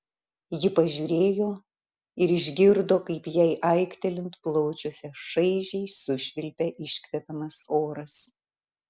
ji pažiūrėjo ir išgirdo kaip jai aiktelint plaučiuose šaižiai sušvilpia iškvepiamas oras